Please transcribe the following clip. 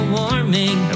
warming